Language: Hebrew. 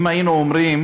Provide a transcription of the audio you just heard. אם היינו אומרים